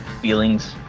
feelings